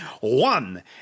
One